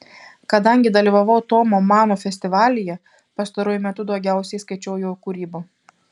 kadangi dalyvavau tomo mano festivalyje pastaruoju metu daugiausiai skaičiau jo kūrybą